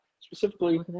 specifically